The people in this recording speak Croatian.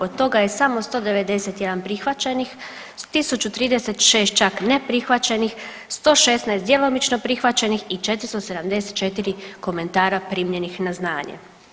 Od toga je samo 191 prihvaćenih, 1036 čak neprihvaćenih, 116 djelomično prihvaćenih i 474 komentara primljenih na znanje.